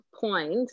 point